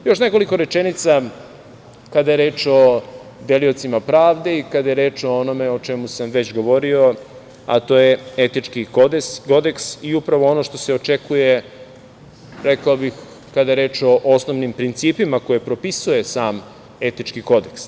Još nekoliko rečenica kada je reč o deliocima pravde i kada je reč o onome o čemu sam već govorio, a to je etički kodeks i upravo ono što se očekuje, rekao bih, kada je reč o osnovnim principima koje propisuje sam etički kodeks.